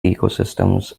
ecosystems